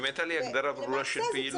אם הייתה לי הגדרה ברורה של פעילות --- למעשה,